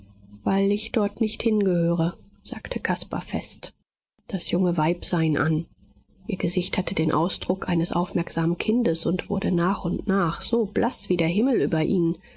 weil ich dort nicht hingehöre sagte caspar fest das junge weib sah ihn an ihr gesicht hatte den ausdruck eines aufmerksamen kindes und wurde nach und nach so blaß wie der himmel über ihnen